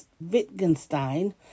Wittgenstein